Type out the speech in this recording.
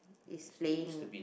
it's playing